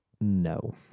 No